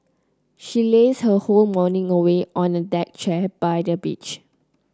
she lazed her whole morning away on a deck chair by the beach